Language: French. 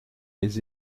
les